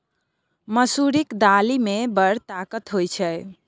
मसुरीक दालि मे बड़ ताकत होए छै